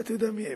ואתה יודע מיהם,